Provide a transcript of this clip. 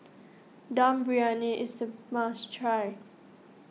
Dum Briyani is a must try